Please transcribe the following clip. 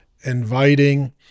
inviting